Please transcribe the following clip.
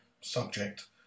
subject